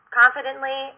confidently